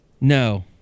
No